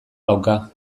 dauka